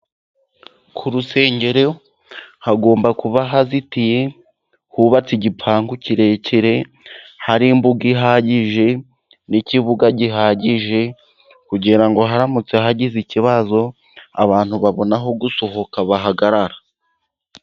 Ku rusengero hagomba kuba hazitiye, hubatse igipangu kirekire, hari imbuga ihagije, n' ikibuga gihagije, kugira ngo haramutse hagize ikibazo abantu babone aho gusohokera bahagarara.